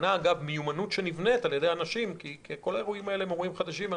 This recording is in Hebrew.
הבנה ומיומנות שנבנית על-ידי אנשים כי כל האירועים האלה חדשים,